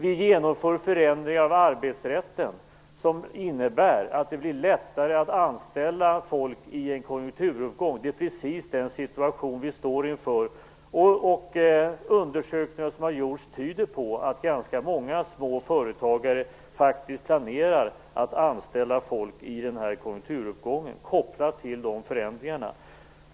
Vi genomför förändringar av arbetsrätten som innebär att det blir lättare att anställa folk i en konjunkturuppgång. Det är precis den situation vi står inför. Undersökningar som har gjorts tyder på att ganska många små företagare faktiskt planerar att anställa folk i den här konjunkturuppgången. Detta är kopplat till dessa förändringar.